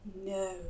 no